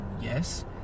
yes